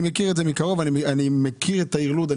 אני מכיר את העיר לוד,